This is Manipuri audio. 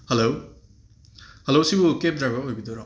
ꯍꯂꯧ ꯍꯂꯣ ꯁꯤꯕꯨ ꯀꯦꯞ ꯗ꯭ꯔꯥꯏꯕꯔ ꯑꯣꯏꯕꯤꯗꯣꯏꯔꯣ